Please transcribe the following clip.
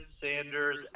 Sanders